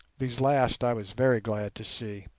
these last i was very glad to see.